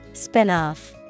Spin-off